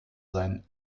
sein